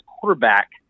quarterback